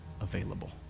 available